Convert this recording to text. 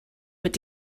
mit